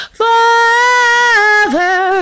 forever